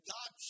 God